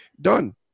done